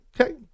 Okay